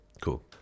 cool